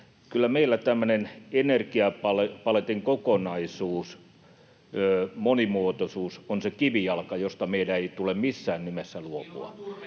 kyllä meillä tämmöinen energiapaletin kokonaisuus, monimuotoisuus, on se kivijalka, josta meidän ei tule missään nimessä luopua.